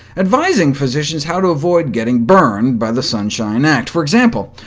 advising physicians how to avoid getting burned by the sunshine act. for example,